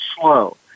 slow